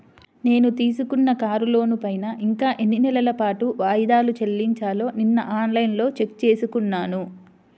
నేను తీసుకున్న కారు లోనుపైన ఇంకా ఎన్ని నెలల పాటు వాయిదాలు చెల్లించాలో నిన్నఆన్ లైన్లో చెక్ చేసుకున్నాను